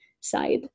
side